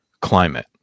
climate